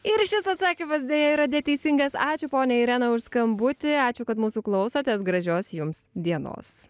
ir šis atsakymas deja yra neteisingas ačiū ponia irena už skambutį ačiū kad mūsų klausotės gražios jums dienos